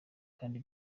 kandi